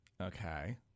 okay